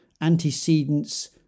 Antecedents